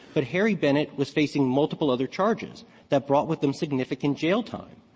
but harry bennett was facing multiple other charges that brought with them significant jail time.